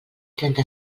trenta